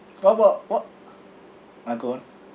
what about what ah go on